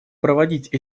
проводить